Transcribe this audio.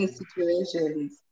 situations